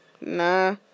Nah